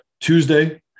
Tuesday